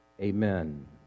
amen